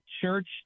church